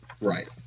Right